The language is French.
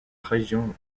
région